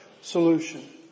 solution